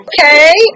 Okay